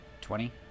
Twenty